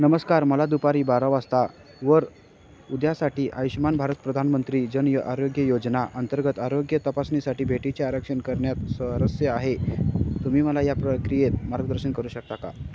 नमस्कार मला दुपारी बारा वाजता वर उद्यासाठी आयुष्मान भारत प्रधानमंत्री जन आरोग्य योजना अंतर्गत आरोग्य तपासणीसाठी भेटीचे आरक्षण करण्यात स्वारस्य आहे तुम्ही मला या प्रक्रियेत मार्गदर्शन करू शकता का